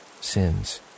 sins